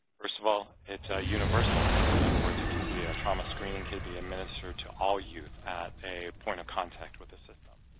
first of all, it's ah universal. in other words, it can be ah trauma screening can be administered to all youth at a point of contact with the system.